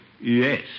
yes